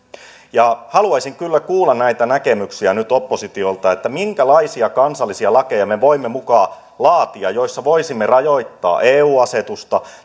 haluaisin kyllä kuulla nyt oppositiolta näitä näkemyksiä siitä minkälaisia kansallisia lakeja me voimme muka laatia joissa voisimme rajoittaa eu asetusta